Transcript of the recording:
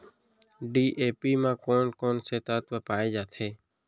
DAP म कोन कोन से तत्व पाए जाथे?